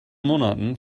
monaten